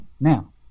Now